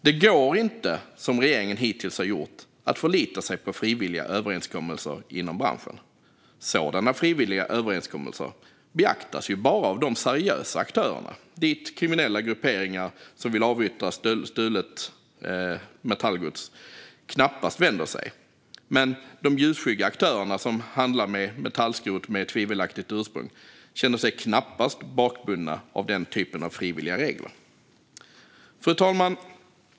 Det går inte att, som regeringen hittills har gjort, förlita sig på frivilliga överenskommelser inom branschen. Sådana frivilliga överenskommelser beaktas ju bara av de seriösa aktörerna, dit kriminella grupperingar som vill avyttra stöldgods knappast vänder sig, medan de ljusskygga aktörer som handlar med metallskrot med tvivelaktigt ursprung knappast känner sig bakbundna av den typen av frivilliga regler. Fru talman!